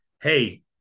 hey